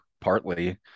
partly